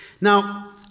Now